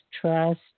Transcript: trust